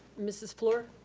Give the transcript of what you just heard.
mrs. fluor?